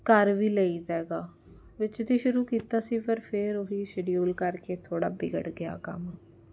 ਕਰ ਵੀ ਲਈਦਾ ਹੈਗਾ ਵਿੱਚ ਦੀ ਸ਼ੁਰੂ ਕੀਤਾ ਸੀ ਪਰ ਫਿਰ ਉਹੀ ਸ਼ਡਿਊਲ ਕਰਕੇ ਥੋੜ੍ਹਾ ਵਿਗੜ ਗਿਆ ਕੰਮ